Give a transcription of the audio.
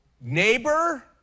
neighbor